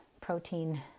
protein